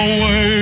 Away